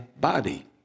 body